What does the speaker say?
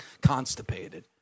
constipated